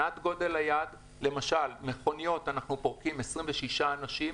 למשל, מכוניות פורקים 26 אנשים.